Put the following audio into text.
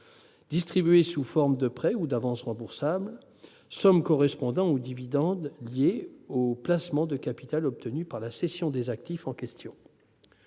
distribués sous forme de prêts ou d'avances remboursables. Cette somme correspond aux dividendes issus du placement du capital obtenu par la cession des actifs en question.